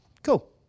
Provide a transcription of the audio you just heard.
Cool